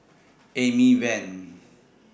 Amy Van